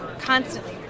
constantly